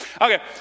Okay